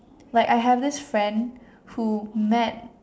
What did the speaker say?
like I have this friend who met